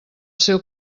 seu